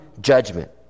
judgment